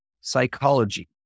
psychology